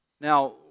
Now